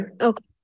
Okay